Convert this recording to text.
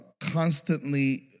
constantly